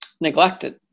Neglected